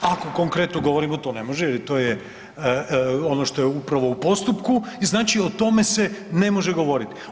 Ako konkretno govorimo to ne može jer to je ono što je upravo u postupku i znači o tome se ne može govoriti.